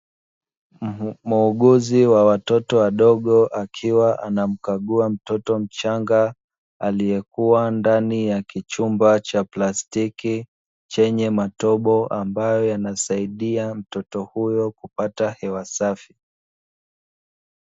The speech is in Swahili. Muuguzi wa watoto wadogo akiwa anamkagua mtoto mchanga aliyekuwa ndani ya kichumba cha plastiki chenye matobo, ambayo yanasaidia mtoto huyo kupata hewa safi.